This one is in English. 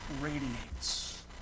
radiates